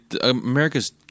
america's